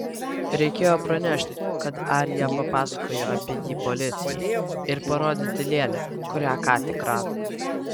reikėjo pranešti kad arija papasakojo apie jį policijai ir parodyti lėlę kurią ką tik rado